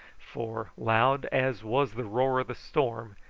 for, loud as was the roar of the storm,